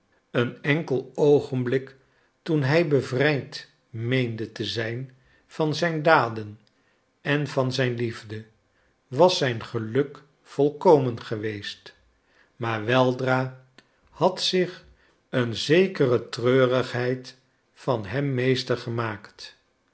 een enkel oogenblik toen hij bevrijd meende te zijn van zijn daden en van zijn liefde was zijn geluk volkomen geweest maar weldra had zich een zekere treurigheid van hem meester gemaakt